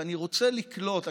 ואני רוצה לקלוט,